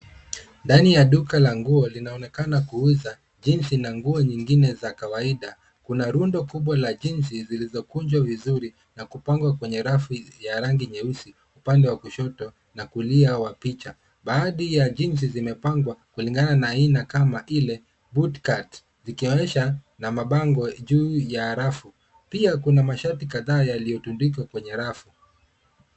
Ndani ya duka la nguo linaonekana kuuza jinzi na nguo nyingine za kawaida. Kuna rundo kubwa la jinzi zilizokunjwa vizuri na kupangwa kwenye rafu ya rangi nyeusi, upande wa kushoto na kulia wa picha. Baadhi ya jinzi zimepangwa kulingana na aina kama ile bootcut zikionesha na mabango juu ya rafu. Pia kuna mashati kadhaa yaliyotundika kwenye rafu.